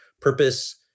purpose